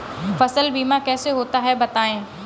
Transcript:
फसल बीमा कैसे होता है बताएँ?